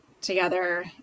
together